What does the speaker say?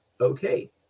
okay